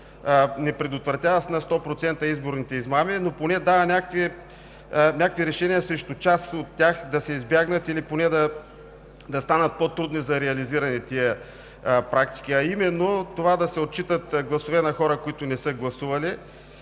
не предотвратява на 100% изборните измами, но поне дава някакви решения срещу част от тях – да се избегнат или поне тези практики да станат по-трудни за реализиране, а именно да се отчитат гласове на хора, които не са гласували,